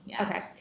Okay